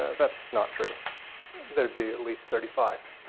that's not true there'd be at least thirty five